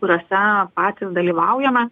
kuriose patys dalyvaujame